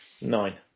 nine